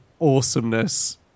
awesomeness